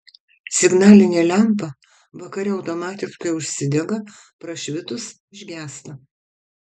signalinė lempa vakare automatiškai užsidega prašvitus užgęsta